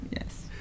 Yes